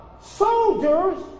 soldiers